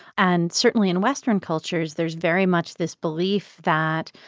and certainly in western cultures, there's very much this belief that,